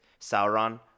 Sauron